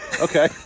okay